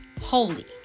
holy